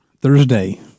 Thursday